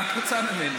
מה את רוצה ממני?